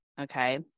Okay